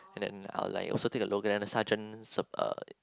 and then I'll like also take a look and the sergeant uh